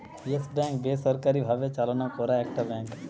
yes Bank বেসরকারি ভাবে চালনা করা একটা ব্যাঙ্ক